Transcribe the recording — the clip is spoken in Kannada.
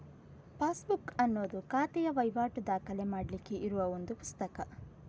ಪಾಸ್ಬುಕ್ ಅನ್ನುದು ಖಾತೆಯ ವೈವಾಟು ದಾಖಲೆ ಮಾಡ್ಲಿಕ್ಕೆ ಇರುವ ಒಂದು ಪುಸ್ತಕ